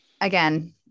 again